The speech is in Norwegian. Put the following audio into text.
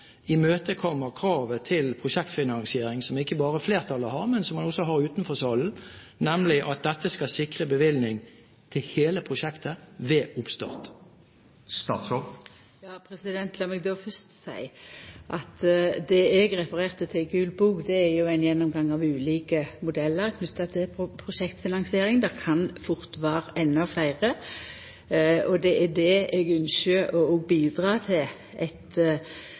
imøtekommer kravet til prosjektfinansiering som ikke bare flertallet har, men som man også har utenfor salen, nemlig at dette skal sikre bevilgning til hele prosjektet ved oppstart? Lat meg fyrst seia at det eg refererte til i Gul bok, er jo ein gjennomgang av ulike modellar knytte til prosjektfinansiering. Det kan fort vera endå fleire, og det er det eg ynskjer å òg medverka til